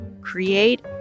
create